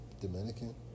Dominican